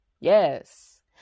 yes